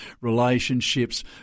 relationships